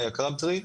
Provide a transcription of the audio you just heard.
מאיה קרבטרי.